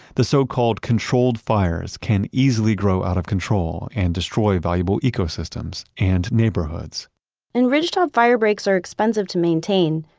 the so-called controlled fires can easily grow out of control and destroy valuable ecosystems and neighborhoods and ridge-top fire breaks are expensive to maintain,